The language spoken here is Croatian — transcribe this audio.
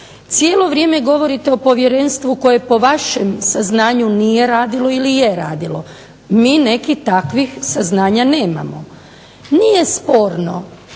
Cijelo vrijeme govorite o povjerenstvu koje po vašem saznanju nije radilo ili je radilo. Mi nekih takvih saznanja nemamo. Nije sporno